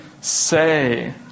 say